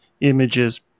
images